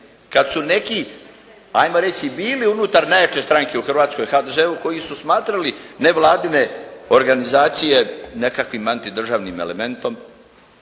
kada su neki ajmo reći bili unutar najjače stranke u Hrvatskoj, HDZ-u koji su smatrali nevladine organizacije nekakvim antidržavnim elementom